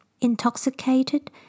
intoxicated